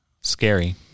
Scary